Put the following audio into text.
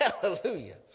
Hallelujah